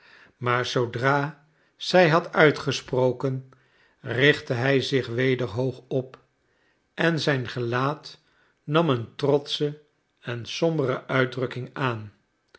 maar zoodra zij had uitgesproken richtte hij zich weder hoog op en zijn gelaat nam een trotsche en sombere uitdrukking aan